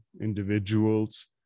individuals